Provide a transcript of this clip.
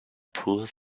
poor